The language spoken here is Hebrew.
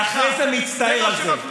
ואחרי זה מצטער על זה.